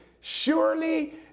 surely